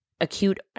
acute